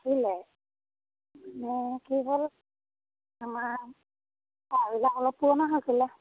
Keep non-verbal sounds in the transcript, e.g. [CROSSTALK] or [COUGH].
[UNINTELLIGIBLE] কি হ'ল আমাৰ [UNINTELLIGIBLE] অলপ পুৰণা হৈছিলে